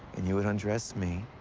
and you would undress me.